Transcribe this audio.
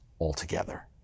altogether